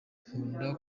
nkunda